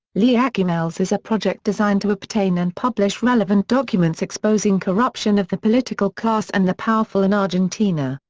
leakymails is a project designed to obtain and publish relevant documents exposing corruption of the political class and the powerful in argentina.